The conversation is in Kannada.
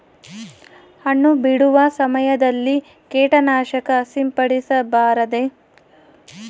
ಹಣ್ಣು ಬಿಡುವ ಸಮಯದಲ್ಲಿ ಕೇಟನಾಶಕ ಸಿಂಪಡಿಸಬಾರದೆ?